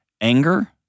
anger